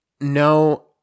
No